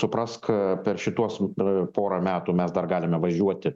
suprask per šituos porą metų mes dar galime važiuoti